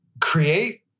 create